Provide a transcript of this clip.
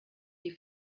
die